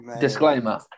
Disclaimer